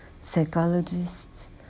psychologist